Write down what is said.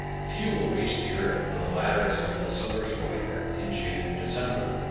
few will reach the earth when the latter is over the solar equator in june and december,